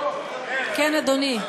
כן, אדוני.